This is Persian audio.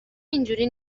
اینجوری